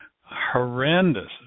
horrendous